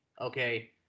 Okay